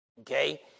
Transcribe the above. Okay